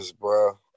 bro